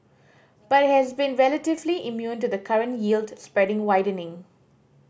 but it has been relatively immune to the current yield spread widening